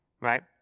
right